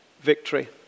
victory